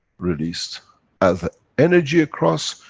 released as energy across,